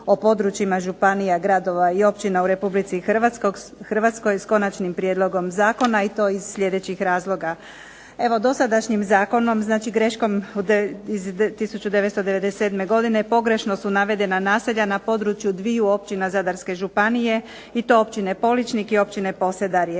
o područjima županija, gradova i općina u Republici Hrvatskoj s Konačnim prijedlogom zakona i to iz sljedećih razloga. Evo dosadašnjim zakonom, znači greškom iz 1997. godine pogrešno su navedena naselja na području dviju općina Zadarske županije i to općine Poličnik i općine Posedarje.